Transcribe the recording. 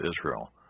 Israel